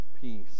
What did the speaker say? peace